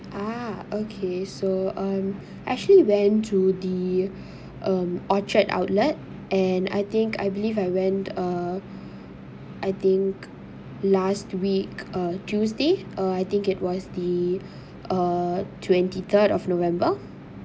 ah okay so um I actually went to the um orchard outlet and I think I believe I went uh I think last week uh tuesday uh I think it was the uh twenty third of november